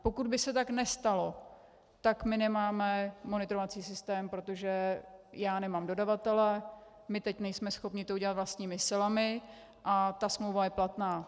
Pokud by se tak nestalo, tak nemáme monitorovací systém, protože já nemám dodavatele, my teď nejsme schopni to udělat vlastními silami, a ta smlouva je platná.